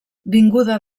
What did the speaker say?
vinguda